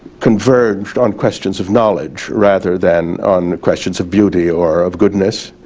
converged on questions of knowledge rather than on questions of beauty or of goodness,